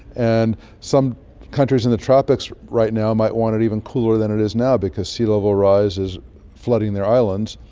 and some countries in the tropics right now might want it even cooler than it is now because sea level rise is flooding their islands.